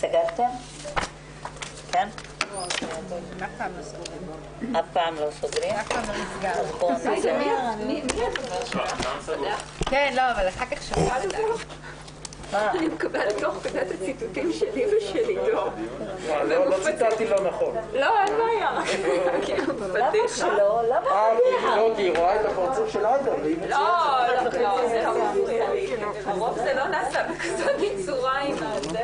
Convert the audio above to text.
בשעה 12:50.